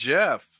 Jeff